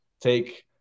take